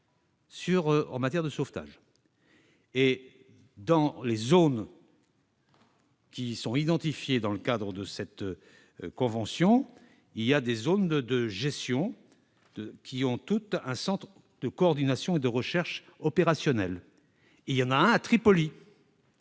en matière de sauvetage. Dans les zones identifiées dans le cadre de cette convention, les zones de gestion disposent toutes d'un centre de coordination et de recherche opérationnelle. Il y en a un à Tripoli.